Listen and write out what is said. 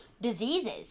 Diseases